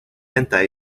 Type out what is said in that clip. lentas